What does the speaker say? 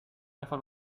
afin